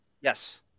Yes